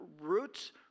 Roots